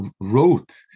wrote